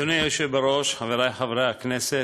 אדוני היושב בראש, חברי חברי הכנסת,